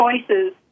choices